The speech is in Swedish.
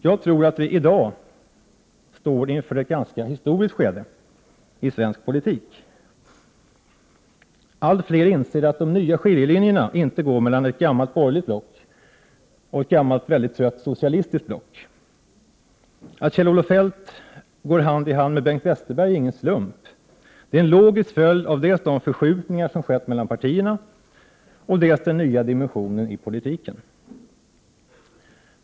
Jag tror att vi i dag står inför ett historiskt skede i svensk politik. Allt fler inser att de nya skiljelinjerna inte går mellan ett gammalt borgerligt block och ett gammalt mycket trött socialistiskt block. Att Kjell-Olof Feldt går hand i hand med Bengt Westerberg är ingen slump, det är en logisk följd av dels de förskjutningar som skett mellan partierna, dels den nya dimensionen i politiken.